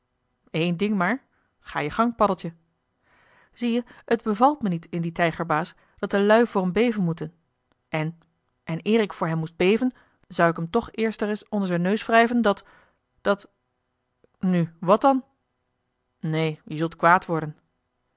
eén ding maar ga je gang paddeltje zie-je t bevalt me niet in dien tijgerbaas dat de lui voor m beven moeten en en eer ik voor hem moest beven zou ik hem toch eerst ereis onder zijn neus wrijven dat dat nu wat dan neen je zult kwaad worden